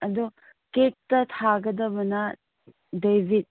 ꯑꯗꯣ ꯀꯦꯛꯇ ꯊꯥꯒꯗꯕꯅ ꯗꯦꯕꯤꯠ